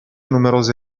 numerose